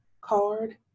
card